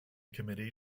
committee